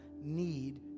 need